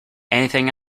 anything